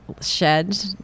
shed